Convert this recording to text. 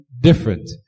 different